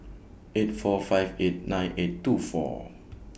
eight four five eight nine eight two four